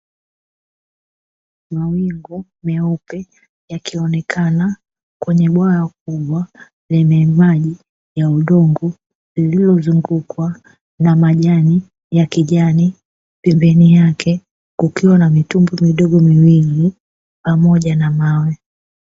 Mawingu meupe yakionekana kwenye bwawa kubwa lenye maji ya udongo, lililozungukwa na majani ya kijani, pembeni yake kukiwa na mitumbwi midogo miwili pamoja na mawe.